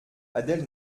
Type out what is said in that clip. adèle